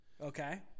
Okay